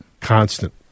constant